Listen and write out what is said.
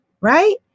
right